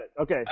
Okay